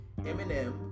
Eminem